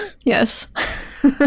Yes